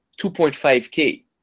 2.5K